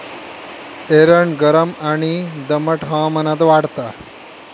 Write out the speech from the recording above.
एरंड गरम आणि दमट हवामानात वाढता